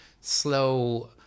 slow